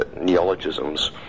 neologisms